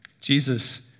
Jesus